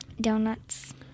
Donuts